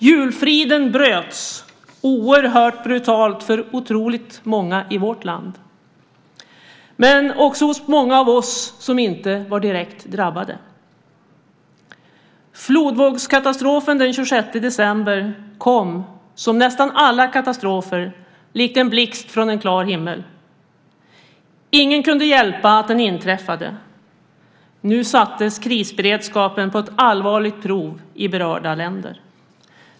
Julfriden bröts oerhört brutalt för otroligt många i vårt land - också hos många av oss som inte var direkt drabbade. Flodvågskatastrofen den 26 december kom, som nästan alla katastrofer, likt en blixt från en klar himmel. Ingen kunde hjälpa att den inträffade. Nu sattes krisberedskapen på ett allvarligt prov i berörda länder.